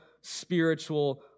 spiritual